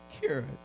Cured